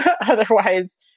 otherwise